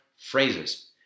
phrases